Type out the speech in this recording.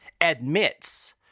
admits